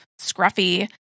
scruffy